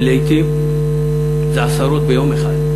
ולעתים זה עשרות ביום אחד,